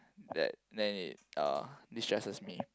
that then it uh destresses me